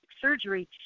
surgery